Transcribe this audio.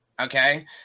Okay